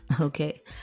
okay